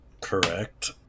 Correct